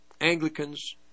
Anglicans